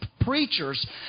preachers